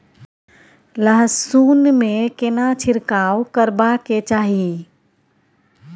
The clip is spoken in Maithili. लहसुन में केना छिरकाव करबा के चाही?